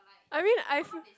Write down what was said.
I mean I